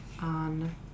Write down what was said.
On